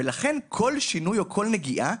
ולכן כל שינוי או כל נגיעה,